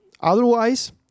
Otherwise